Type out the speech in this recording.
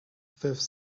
fifth